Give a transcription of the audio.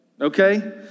Okay